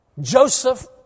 Joseph